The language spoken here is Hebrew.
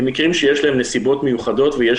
הם מקרים שיש להם נסיבות מיוחדות ויש